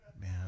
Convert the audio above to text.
Man